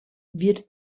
wird